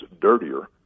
dirtier